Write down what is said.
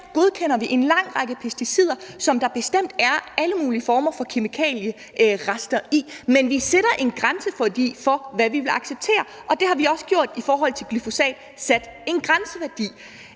godkender vi en lang række pesticider, som der bestemt er alle mulige former for kemikalierester i, men vi sætter en grænse for, hvad vil være acceptere, og det har vi også gjort i forhold til glyfosat, altså sat en grænseværdi.